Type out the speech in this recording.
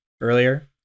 earlier